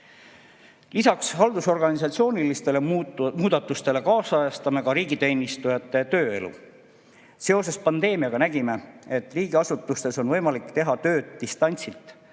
Lisaks haldusorganisatsioonilistele muudatustele ajakohastame ka riigiteenistujate tööelu. Seoses pandeemiaga nägime, et riigiasutustes on võimalik teha tööd distantsilt,